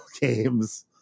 games